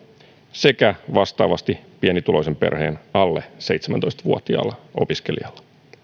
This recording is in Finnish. sekä vastaavasti pienituloisen perheen alle seitsemäntoista vuotiaalla opiskelijalla